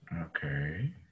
Okay